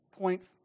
point